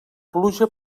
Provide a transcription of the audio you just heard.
pluja